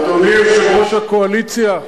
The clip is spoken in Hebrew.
אדוני יושב-ראש הקואליציה,